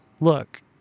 look